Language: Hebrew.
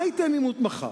מה ייתן עימות מחר?